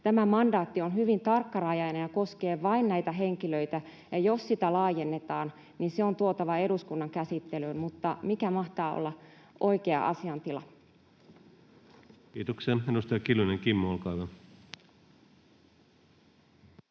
tämä mandaatti on hyvin tarkkarajainen ja koskee vain näitä henkilöitä, ja jos sitä laajennetaan, niin se on tuotava eduskunnan käsittelyyn, mutta mikä mahtaa olla oikea asiaintila? [Speech 107] Speaker: Ensimmäinen